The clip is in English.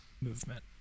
movement